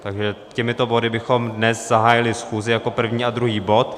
Takže těmito body bychom dnes zahájili schůzi jako první a druhý bod.